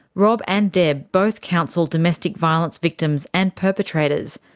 rob and deb both counsel domestic violence victims and perpetrators,